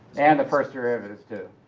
and the first derivative too.